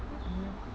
mmhmm